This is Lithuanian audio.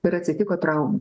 ir atsitiko traumų